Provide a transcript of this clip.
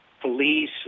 police